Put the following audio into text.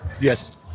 Yes